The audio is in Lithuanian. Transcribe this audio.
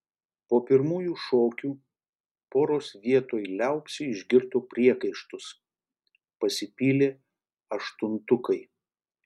po pirmųjų šokių poros vietoj liaupsių išgirdo priekaištus pasipylė aštuntukai